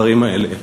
הדברים האלה